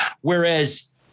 Whereas